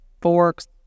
forks